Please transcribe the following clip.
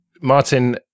Martin